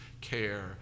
care